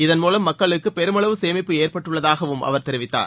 இதன் மூலம் மக்களுக்கு பெருமளவு சேமிப்பு ஏற்பட்டுள்ளதாகவும் அவர் தெரிவித்தார்